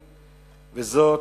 וזה,